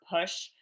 push